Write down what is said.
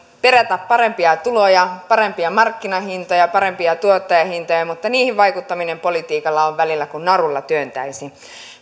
perätä parempia tuloja parempia markkinahintoja parempia tuottajahintoja mutta niihin vaikuttaminen politiikalla on välillä kuin narulla työntäisi